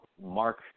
Mark